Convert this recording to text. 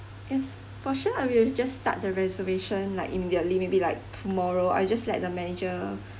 yes for sure I will just start the reservation like immediately maybe like tomorrow I just let the manager